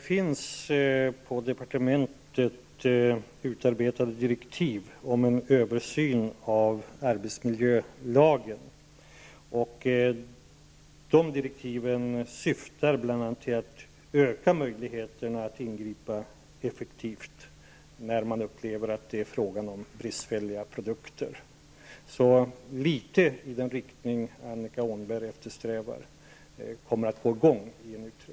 Fru talman! På departementet finns det direktiv om en översyn av arbetsmiljölagen. De syftar bl.a. till att öka möjligheterna att ingripa effektivt när man upplever att det är fråga om bristfälliga produkter. Så litet av det som Annika Åhnberg eftersträvar kommer med i en utredning.